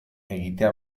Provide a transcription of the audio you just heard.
egitea